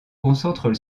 concentre